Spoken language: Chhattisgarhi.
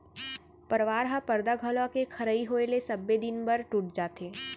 परवार ह परदा घलौ के खड़इ होय ले सबे दिन बर टूट जाथे